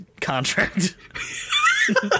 contract